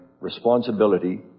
responsibility